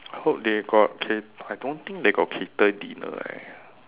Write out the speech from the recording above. hope they got ca~ I don't think they got cater dinner leh